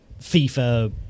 fifa